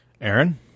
Aaron